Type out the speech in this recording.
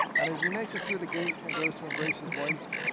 and as he makes it through the gates and goes to embrace his wife,